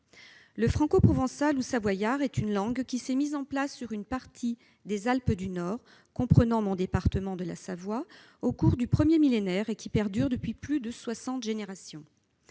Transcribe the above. Le francoprovencal, ou savoyard, s'est mis en place sur une partie des Alpes du Nord, comprenant mon département, la Savoie, au cours du premier millénaire et perdure depuis plus de soixante générations.